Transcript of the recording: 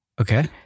Okay